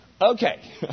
Okay